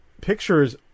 Pictures